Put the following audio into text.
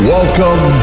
Welcome